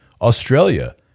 Australia